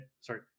sorry